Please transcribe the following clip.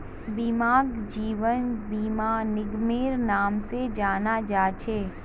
बीमाक जीवन बीमा निगमेर नाम से जाना जा छे